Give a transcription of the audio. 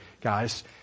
guys